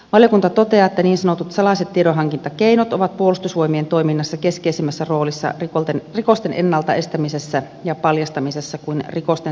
valiokunta toteaa että niin sanotut salaiset tiedonhankintakeinot ovat puolustusvoimien toiminnassa keskeisimmässä roolissa niin rikosten ennalta estämisessä ja paljastamisessa kuin rikosten selvittämisessä